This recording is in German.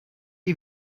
ihr